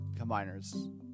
Combiners